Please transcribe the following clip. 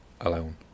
alone